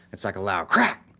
it's like allow crack.